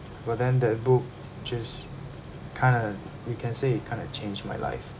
but then that book just kind of you can say you it kind of changed my life